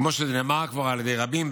כמו שנאמר כבר על ידי רבים,